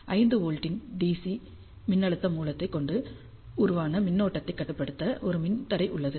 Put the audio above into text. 5 வோல்ட்டின் டிசி மின்னழுத்த மூலத்தைக் கொண்டு உருவான மின்னோட்டத்தைக் கட்டுப்படுத்த ஒரு மின்தடை உள்ளது